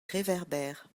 réverbères